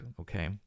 okay